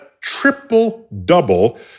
triple-double